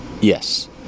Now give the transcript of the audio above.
Yes